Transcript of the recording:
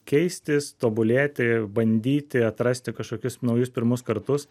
keistis tobulėti bandyti atrasti kažkokius naujus pirmus kartus